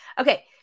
Okay